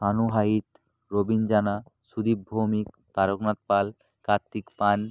আনু হাইত রবীন জানা সুদীপ ভৌমিক তারকনাথ পাল কার্তিক পান